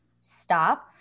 stop